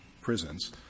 prisons